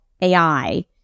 AI